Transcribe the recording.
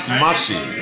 mercy